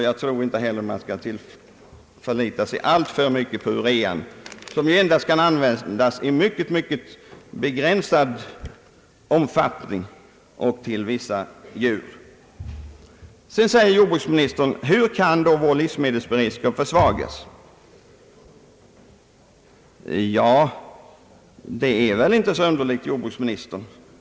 Jag tror inte heller att man skall förlita sig alltför mycket på urea, som endast kan användas i mycket begränsad omfattning och till vissa djur. Vidare säger jordbruksministern: Hur kan då vår livsmedelsberedskap försvagas? Det är väl inte så underligt, herr jordbruksminister.